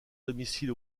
domicile